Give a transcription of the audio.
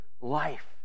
life